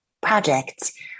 projects